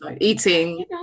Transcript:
eating